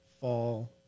fall